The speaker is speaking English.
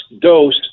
dose